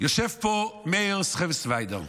יושב פה מאיר סחיווסחורדר.